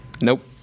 Nope